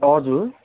हजुर